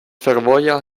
fervoja